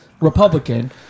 Republican